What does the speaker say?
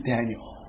Daniel